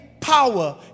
Power